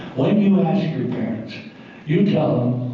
when you ask your parents you tell